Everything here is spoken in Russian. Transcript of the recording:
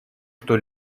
что